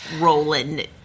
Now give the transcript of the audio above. rolling